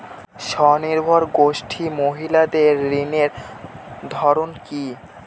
স্বনির্ভর গোষ্ঠীর মহিলাদের ঋণের ধরন কি?